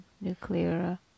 nuclear